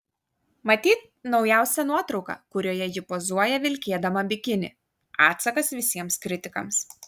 matyt naujausia nuotrauka kurioje ji pozuoja vilkėdama bikinį atsakas visiems kritikams